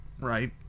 right